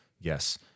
Yes